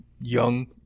young